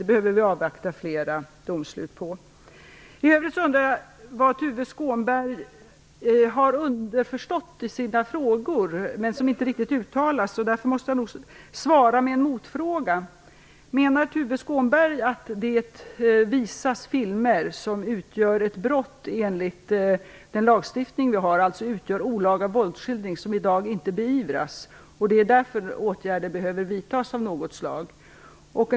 Vi behöver avvakta flera domslut. I övrigt undrar jag över det som Tuve Skånberg underförstått men inte riktigt uttalat tar upp i sina frågor. Därför måste jag nog svara med en motfråga. Menar Tuve Skånberg att det visas filmer med olaga våldsskildring, som utgör ett brott enligt lagstiftningen och som i dag inte beivras och att det därför behöver vidtas åtgärder av något slag?